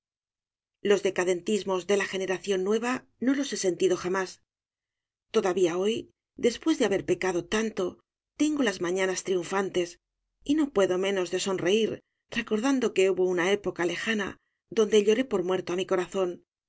los decadentismos de la generación nueva no los he sentido jamás todavía hoy después de haber pecado tanto tengo las mañanas triunfantes y no puedo menos de sonreír recordando que hubo una época lejana donde lloré por muerto á mi corazón